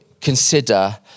consider